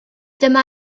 dyma